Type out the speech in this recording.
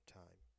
time